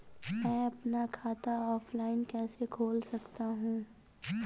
मैं अपना खाता ऑफलाइन कैसे खोल सकता हूँ?